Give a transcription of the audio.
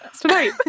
tonight